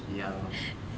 ya lor